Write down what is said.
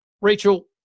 Rachel